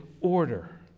order